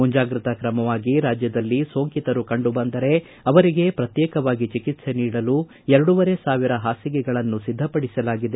ಮುಂಜಾಗೃತ ತ್ರಮವಾಗಿ ರಾಜ್ಯದಲ್ಲಿ ಸೋಂಕಿತರು ಕಂಡು ಬಂದರೆ ಅವರಿಗೆ ಪ್ರಕ್ತೇಕವಾಗಿ ಚಿಕಿತ್ಸೆ ನೀಡಲು ಎರಡೂವರೆ ಸಾವಿರ ಹಾಸಿಗೆಗಳನ್ನು ಸಿದ್ಧಪಡಿಸಲಾಗಿದೆ